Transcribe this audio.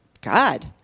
God